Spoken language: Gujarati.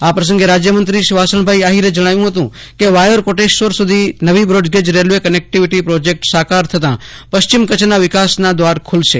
આ પ્રસગે રાજયમંત્રી શ્રી વાસણભાઈ આહીર જણાવ્યું હતું કે વાયોર કોટેશ્વર સુધી નવી બ્રોડગેજ રેલ્વે કનકટીવોટી પ્રોજેકટ સાકાર થતાં પશ્ચિમ કરછના વિકાસના દવાર ખૂલશે